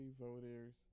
voters